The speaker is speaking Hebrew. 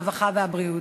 הרווחה והבריאות.